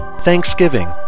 Thanksgiving